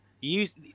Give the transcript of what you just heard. use